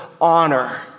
Honor